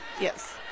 Yes